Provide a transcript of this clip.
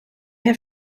have